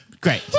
Great